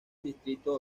distrito